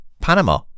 Panama